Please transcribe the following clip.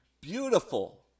beautiful